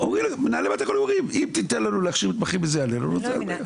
אם תיתן לנו להכשיר מתמחים וזה יעלה לנו --- אני לא מבינה,